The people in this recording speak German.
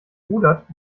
rudert